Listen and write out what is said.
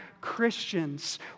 Christians